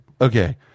Okay